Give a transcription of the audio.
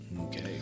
Okay